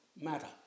matter